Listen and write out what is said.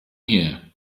here